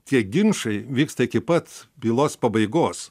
tie ginčai vyksta iki pat bylos pabaigos